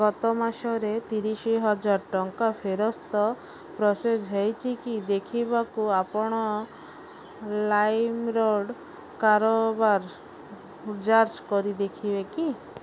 ଗତ ମାସରେ ତିରିଶ ହଜାର ଟଙ୍କାର ଫେରସ୍ତ ପ୍ରୋସେସ୍ ହୋଇଛିକି ଦେଖିବାକୁ ଆପଣ ଲାଇମ୍ରୋଡ଼୍ କାରବାର ଯାଞ୍ଚ କରିପାରିବେ କି